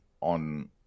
on